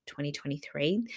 2023